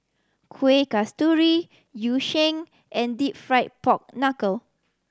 Kuih Kasturi Yu Sheng and Deep Fried Pork Knuckle